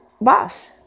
boss